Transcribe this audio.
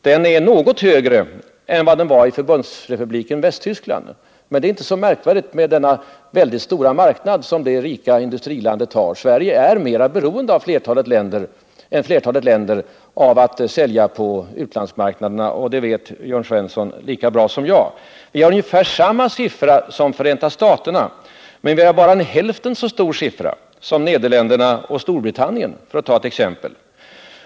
Den är visserligen något högre än den var i Förbundsrepubliken Västtyskland, men det är inte så märkvärdigt med denna väldigt stora marknad som det rika industrilandet har. Sverige är mera beroende än flertalet länder av att sälja på utlandsmarknaderna, och det vet ju Jörn Svensson lika bra som jag. Vi har ungefär samma siffra som Förenta staterna, men vi har bara en hälften så hög siffra som Nederländerna och Storbritannien, för att ta ett par exempel.